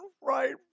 right